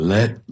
Let